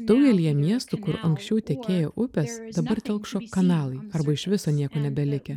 daugelyje miestų kur anksčiau tekėjo upės dabar telkšo kanalai arba iš viso nieko nebelikę